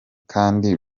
kandi